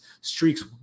streaks